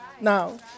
Now